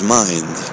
mind